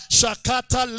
Shakata